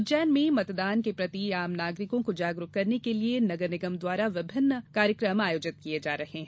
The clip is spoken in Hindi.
उज्जैन में मतदान के प्रति आम नागरिकों को जागरूक करने के लिये नगर निगम द्वारा विभिन्न आयोजित किये जा रहे हैं